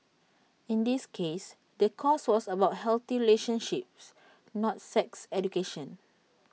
in this case the course was about healthy relationships not sex education